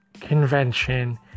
convention